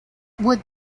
would